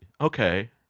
Okay